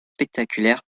spectaculaires